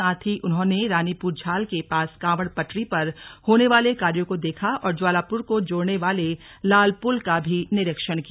साथ ही उन्होंने रानीपुर झाल के पास कांवड़ पटरी पर होने वाले कार्यो को देखा और ज्वालापुर को जोड़ने वाले लालपुल का भी निरीक्षण किया